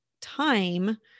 time